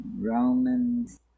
Romans